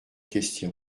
question